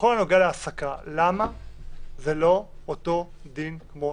בכל הנוגע להעסקה למה זה לא אותו דין לכולם?